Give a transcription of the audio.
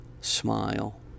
smile